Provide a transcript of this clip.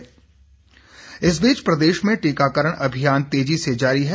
ट्टीकाकरण इस बीच प्रदेश में टीकाकरण अभियान तेजी से जारी है